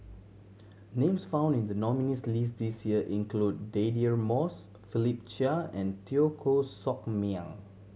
names found in the nominees' list this year include Deirdre Moss Philip Chia and Teo Koh Sock Miang